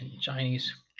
chinese